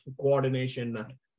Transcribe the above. coordination